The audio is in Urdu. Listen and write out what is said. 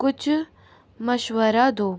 کچھ مشورہ دو